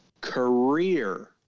career